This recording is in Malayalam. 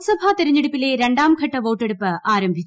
ലോക്സഭ തെരഞ്ഞെടുപ്പിലെ രണ്ടാംഘട്ട വോട്ടെടുപ്പ് ആരംഭിച്ചു